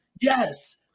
yes